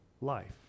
life